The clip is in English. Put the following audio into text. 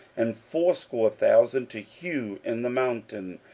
and fourscore thousand to hew in the mountain,